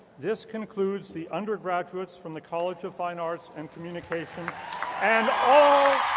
this concludes the undergraduates from the college of fine arts and communications and all.